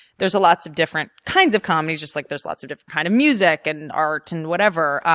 there's lots of different kinds of comedies, just like there's lots of different kinds of music and art and whatever.